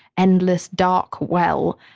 endless dark well,